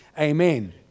Amen